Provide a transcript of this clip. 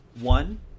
one